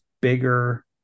bigger